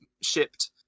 shipped